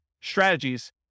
strategies